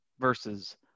versus